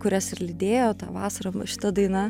kurias lydėjo tą vasarą šita daina